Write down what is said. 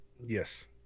Yes